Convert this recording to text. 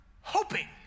hoping